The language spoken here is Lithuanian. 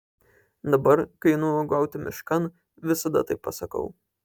dabar kai einu uogauti miškan visada taip pasakau